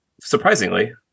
surprisingly